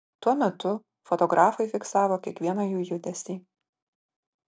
tuo metu fotografai fiksavo kiekvieną jų judesį